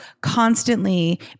constantly